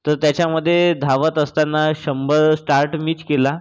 तर त्याच्यामध्ये धावत असताना शंभर स्टार्ट मीच केला